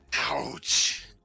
Ouch